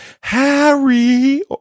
harry